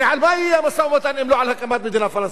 הרי על מה יהיה המשא-ומתן אם לא על הקמת מדינה פלסטינית?